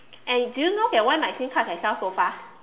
and do you know that why my sim card can sell so fast